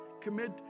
Commit